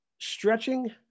stretching